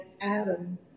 Adam